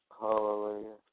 Hallelujah